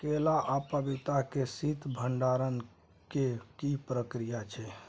केला आ पपीता के शीत भंडारण के की प्रक्रिया छै?